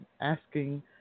asking